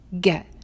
get